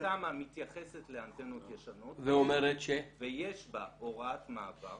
התמ"א מתייחסת לאנטנות ישנות ויש בה הוראת מעבר